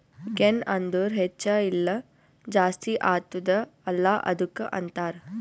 ಗೆನ್ ಅಂದುರ್ ಹೆಚ್ಚ ಇಲ್ಲ ಜಾಸ್ತಿ ಆತ್ತುದ ಅಲ್ಲಾ ಅದ್ದುಕ ಅಂತಾರ್